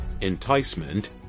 Enticement